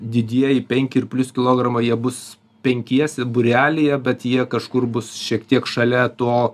didieji penki ir plius kilogramo jie bus penkiese būrelyje bet jie kažkur bus šiek tiek šalia to